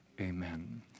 Amen